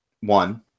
one